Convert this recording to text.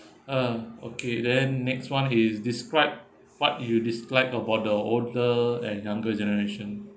uh okay then next [one] is describe what you dislike about the older and younger generation